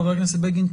חבר הכנסת בגין,